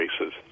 races